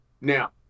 Now